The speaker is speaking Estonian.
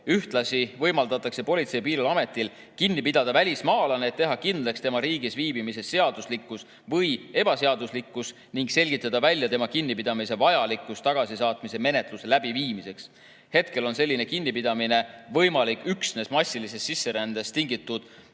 Ühtlasi võimaldatakse Politsei‑ ja Piirivalveametil kinni pidada välismaalane, et teha kindlaks tema riigis viibimise seaduslikkus või ebaseaduslikkus ning selgitada välja tema kinnipidamise vajalikkus tagasisaatmismenetluse läbiviimiseks. Hetkel on selline kinnipidamine võimalik üksnes massilisest sisserändest tingitud